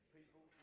people